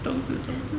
冬至冬至